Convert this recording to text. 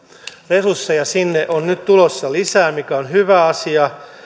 resursseja sinne on nyt tulossa lisää mikä on hyvä asia